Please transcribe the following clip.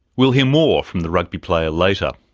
we'll hear more from the rugby player later.